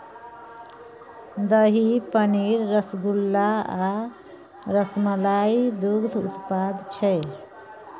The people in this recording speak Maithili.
दही, पनीर, रसगुल्ला आ रसमलाई दुग्ध उत्पाद छै